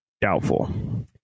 Doubtful